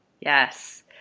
Yes